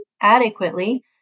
adequately